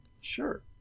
Sure